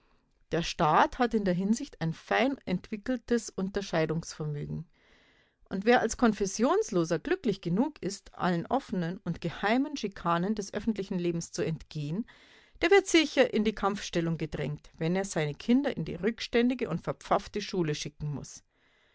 der staat hat in der hinsicht ein fein entwickeltes unterscheidungsvermögen und wer als konfessionsloser glücklich genug ist allen offenen und geheimen schikanen des öffentlichen lebens zu entgehen der wird sicher in die kampfstellung gedrängt wenn er seine kinder in die rückständige und verpfaffte schule schicken muß